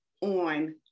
on